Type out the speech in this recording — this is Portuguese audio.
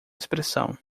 expressão